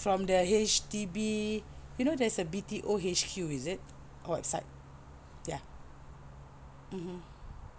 from the H_D_B you know there's a B_T_O H_Q is it website ya mmhmm